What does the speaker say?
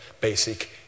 basic